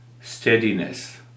steadiness